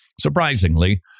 surprisingly